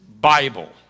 Bible